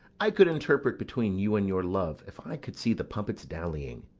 i could interpret between you and your love, if i could see the puppets dallying.